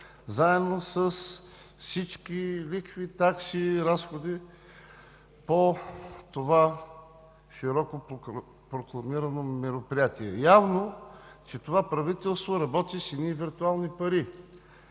заедно с всички лихви, такси, разходи по това широко прокламирано мероприятие. Явно, че това правителство работи с едни виртуални пари.